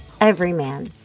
everyman